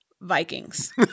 Vikings